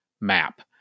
map